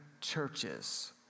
churches